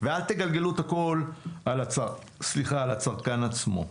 ואל תגלגלו את הכול על הצרכן עצמו.